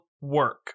work